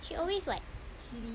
she always [what]